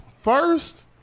first